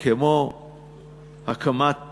כמו הקמת